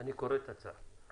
אני קורא את הצו.